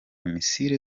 misile